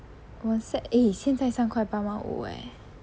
我很 sad eh 现在三块八毛五 eh